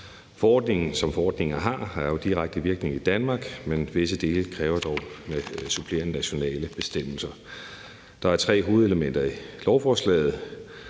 Forordningen har jo, som forordninger har, direkte virkning i Danmark, men visse dele kræver dog supplerende nationale bestemmelser. Der er tre hovedelementer i lovforslaget.